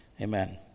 Amen